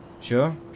Sure